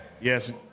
Yes